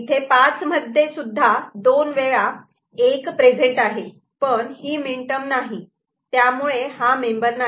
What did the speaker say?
इथे 5 मध्ये सुद्धा दोन वेळा '1' प्रेझेंट आहे पण ही मीनटर्म नाही त्यामुळे हा मेंबर नाही